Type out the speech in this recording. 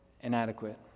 inadequate